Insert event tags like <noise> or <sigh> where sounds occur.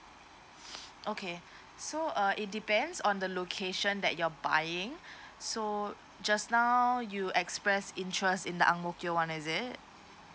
<breath> okay so uh it depends on the location that you're buying so just now you express interest in the ang mo kio [one] is it